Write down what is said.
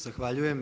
Zahvaljujem.